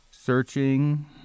searching